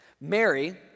Mary